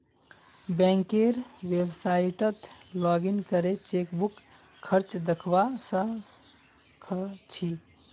बैंकेर website login करे chequebook खर्च दखवा स ख छि